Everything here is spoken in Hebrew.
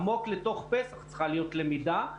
עמוק לתוך פסח צריכה להיות למידה,